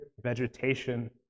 vegetation